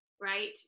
right